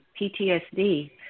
PTSD